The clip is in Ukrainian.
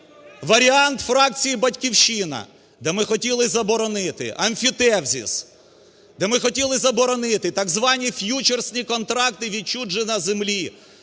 варіант фракції "Батьківщина", де ми хотіли заборонити емфітевзис, де ми хотіли заборонити так звані ф'ючерсні контракти відчуження землі,